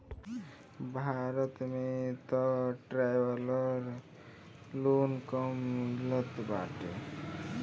भारत में तअ traveller loan कम मिलत बाटे